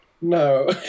No